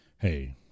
Hey